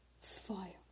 fire